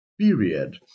period